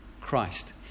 Christ